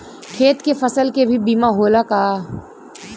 खेत के फसल के भी बीमा होला का?